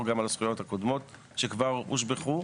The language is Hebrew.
גם על הזכויות הקודמות שכבר הושבחו?